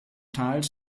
tals